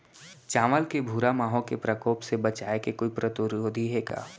चांवल के भूरा माहो के प्रकोप से बचाये के कोई प्रतिरोधी हे का?